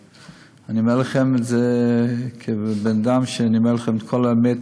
ואני אומר לכם את זה כבן-אדם שאומר לכם את כל האמת,